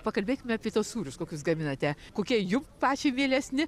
pakalbėkime apie tuos sūrius kokius gaminate kokie jum pačiai mielesni